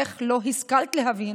איך לא השכלת להבין